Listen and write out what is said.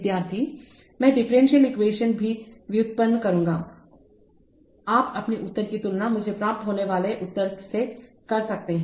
विद्यार्थी मैं differential equation भी व्युत्पन्न करूँगा आप अपने उत्तर की तुलना मुझे प्राप्त होने वाले उत्तर से कर सकते हैं